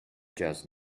just